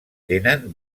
tenen